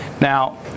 now